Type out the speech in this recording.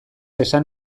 esan